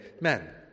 men